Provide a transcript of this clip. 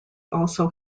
also